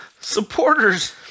Supporters